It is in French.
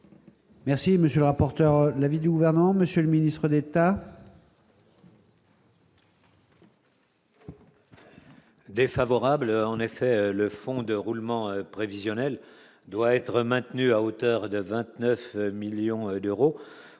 Merci, monsieur le rapporteur de l'avis du gouvernement, Monsieur le Ministre d'État.